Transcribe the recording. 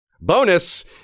Bonus